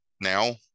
now